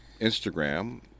Instagram